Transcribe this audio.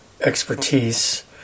expertise